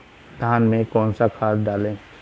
धान में कौन सा खाद डालें?